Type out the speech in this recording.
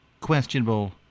questionable